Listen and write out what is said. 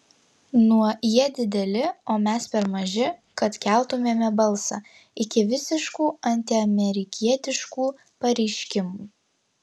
nuo jie dideli o mes per maži kad keltumėme balsą iki visiškų antiamerikietiškų pareiškimų